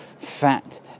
fat